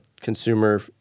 consumer